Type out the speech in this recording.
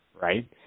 right